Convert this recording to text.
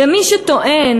ומי שטוען